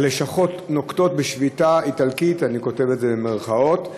הלשכות נוקטות "שביתה איטלקית" אני כותב את זה במירכאות,